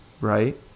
right